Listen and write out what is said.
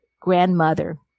grandmother